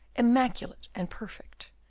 immaculate and perfect,